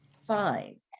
Fine